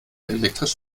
elektrisch